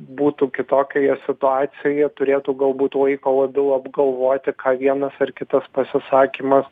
būtų kitokioje situacijoje turėtų galbūt laiko labiau apgalvoti ką vienas ar kitas pasisakymas